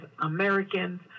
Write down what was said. Americans